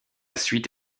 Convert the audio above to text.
suite